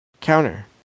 counter